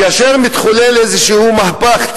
כאשר מתחולל איזה מהפך,